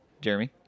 Jeremy